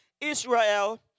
Israel